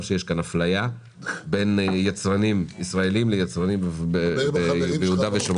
שיש כאן הפלייה בין יצרנים ישראלים ליצרנים ברש"פ,